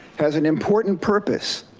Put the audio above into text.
has an important purpose,